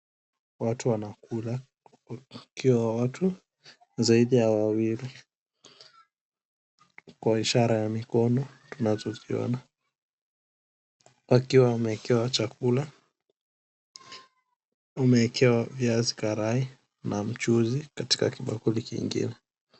Watu wanakula wakiwa watu zaidi ya wawili, kwa ishara ya mikono tunazoziona, wakiwa wamewekewa chakula wamewekewa viazi karai na mchuzi katika kibakuli kingine.